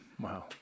Wow